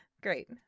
Great